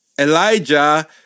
Elijah